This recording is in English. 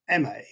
MA